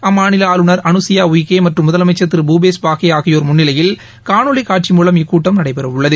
அம்மாநிலஆளுநர் அனுபாடய்க்கேமற்றம் முதலமைச்சர் திரு பூபேஷ் பாகேஆகியோர் முன்னிலையில் காணொலிகாட்சி மூலம் இக்கூட்டம் நடைபெறஉள்ளது